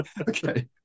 Okay